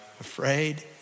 Afraid